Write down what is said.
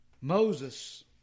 Moses